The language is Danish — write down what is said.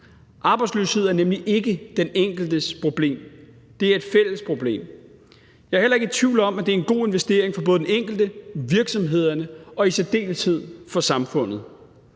Arbejdsløshed er nemlig ikke den enkeltes problem. Det er et fælles problem. Jeg er heller ikke i tvivl om, at det er en god investering for både den enkelte, virksomhederne og i særdeleshed samfundet.